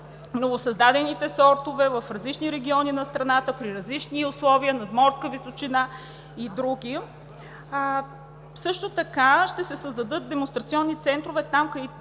новосъздадените сортове в различни региони на страната при различни условия – надморска височина и други. Също така ще се създадат демонстрационни центрове там, където